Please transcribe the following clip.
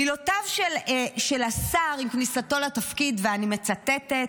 מילותיו של השר עם כניסתו לתפקיד, ואני מצטטת: